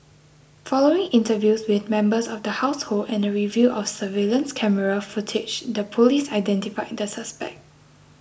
following interviews with members of the household and a review of surveillance camera footage the police identified the suspect